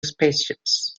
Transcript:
spaceships